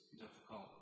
difficult